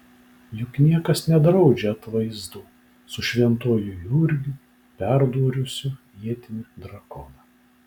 juk niekas nedraudžia atvaizdų su šventuoju jurgiu perdūrusiu ietimi drakoną